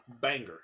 Banger